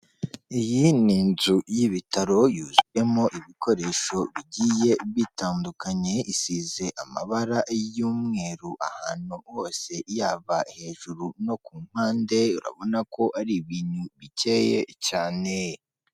Iyi ni inzu y'ibitaro yuzuyemo ibikoresho bigiye bitandukanye, isize amabara y'umweru ahantu hose yaba hejuru no ku mpande, urabona ko ari ibintu bikeye cyane.